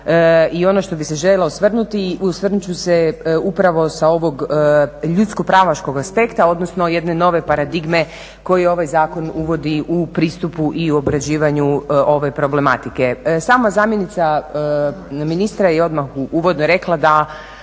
i ono što bih se željela osvrnuti, osvrnut ću se upravo sa ovog ljudsko-pravaškog aspekta odnosno jedne nove paradigme koju ovaj zakon uvodi u pristupu i obrađivanju ove problematike. Sama zamjenica ministra je odmah u uvodu rekla da